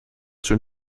schon